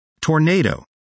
Tornado